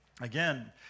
again